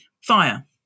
fire